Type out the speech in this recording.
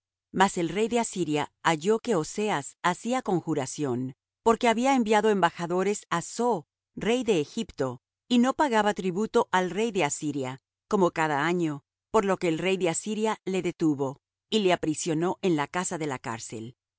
mas el rey de asiria halló que oseas hacía conjuración porque había enviado embajadores á so rey de egipto y no pagaba tributo al rey de asiria como cada año por lo que el rey de asiria le detuvo y le aprisionó en la casa de la cárcel